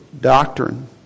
doctrine